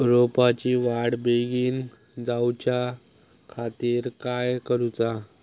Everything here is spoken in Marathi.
रोपाची वाढ बिगीन जाऊच्या खातीर काय करुचा?